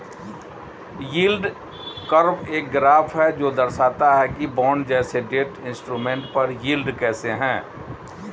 yield curve एक graph है जो दर्शाता है कि बॉन्ड जैसे डेट इंस्ट्रूमेंट पर यील्ड कैसे है